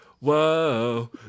whoa